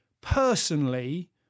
personally